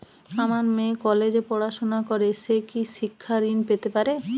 আমার মেয়ে কলেজে পড়াশোনা করে সে কি শিক্ষা ঋণ পেতে পারে?